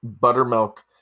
buttermilk